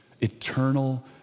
eternal